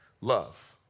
love